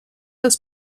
das